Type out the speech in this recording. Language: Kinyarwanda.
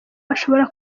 ashobora